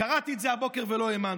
קראתי את זה הבוקר ולא האמנתי.